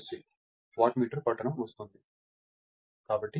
కాబట్టి R Wsc Isc2